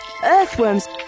earthworms